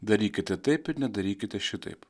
darykite taip ir nedarykite šitaip